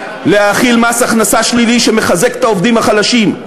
להחיל מס הכנסה שלילי שמחזק את העובדים החלשים,